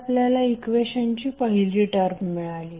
तर आपल्याला इक्वेशनची पहिली टर्म मिळाली